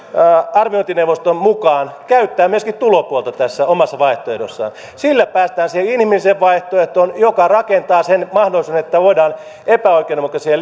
arviointineuvostonsa mukaan käyttää myöskin tulopuolta tässä omassa vaihtoehdossaan sillä päästään siihen inhimilliseen vaihtoehtoon joka rakentaa sen mahdollisuuden että voidaan epäoikeudenmukaisia